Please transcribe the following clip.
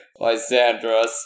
Lysandros